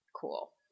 cool